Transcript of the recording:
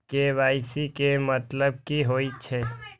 KYC के मतलब की होई छै?